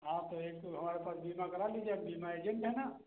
हाँ तो एक ठो हमारे पास बीमा करा लीजिए हम बीमा एजेन्ट हैं न